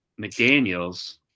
McDaniels